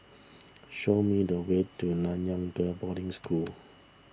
show me the way to Nanyang Girls' Boarding School